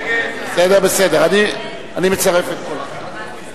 להסיר מסדר-היום את הצעת חוק הבחירות לכנסת (תיקון,